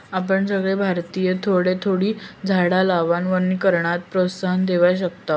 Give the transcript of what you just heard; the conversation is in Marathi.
आपण सगळे भारतीय थोडी थोडी झाडा लावान वनीकरणाक प्रोत्साहन देव शकतव